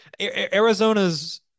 Arizona's